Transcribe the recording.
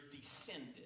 descended